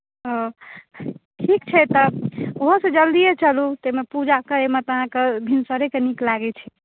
हँ ठीक छै तब ओहोसँ जल्दिए चलू ताहिमे पूजा करयमे तऽ अहाँकेँ भिनसरेके नीक लागैत छै